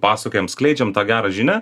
pasakojam skleidžiam tą gerą žinią